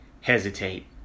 hesitate